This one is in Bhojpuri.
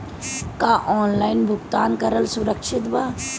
का ऑनलाइन भुगतान करल सुरक्षित बा?